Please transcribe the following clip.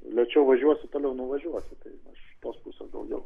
lėčiau važiuosi toliau nuvažiuosi tai aš iš tos pusės daugiau